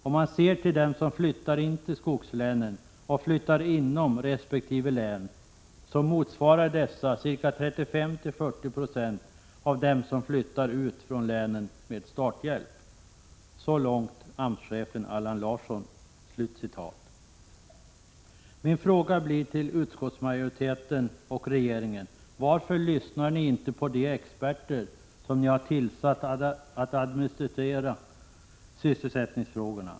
Om man ser till dem som flyttar in till skogslänen och flyttar inom resp. län så motsvarar dessa ca 35—40 96 av dem som flyttar ut från länen med starthjälp.” Min fråga blir till utskottsmajoriteten och regeringen: Varför lyssnar ni inte på de experter som ni har tillsatt för att administrera sysselsättningsfrågorna?